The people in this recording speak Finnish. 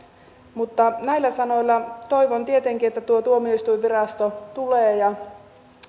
mutta näillä sanoilla toivon tietenkin että tuo tuomioistuinvirasto tulee ja